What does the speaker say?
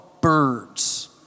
birds